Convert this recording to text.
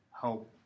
help